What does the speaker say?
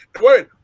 Wait